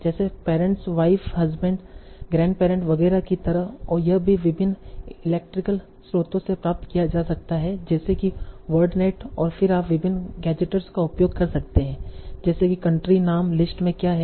जैसे parents wife husband grandparent वगैरह की तरह और यह भी विभिन्न इलेक्ट्रिकल स्रोतों से प्राप्त किया जा सकता है जैसे कि वर्डनेट और फिर आप विभिन्न गजेटर्स का उपयोग कर सकते हैं जैसे कि कंट्री नाम लिस्ट में क्या हैं